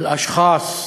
אל-אשח'אץ,